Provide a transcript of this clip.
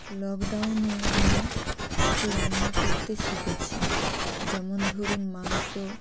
লকডাউনে আমি কিছু রান্না করতে শিখেছি যেমন ধরুন মাংস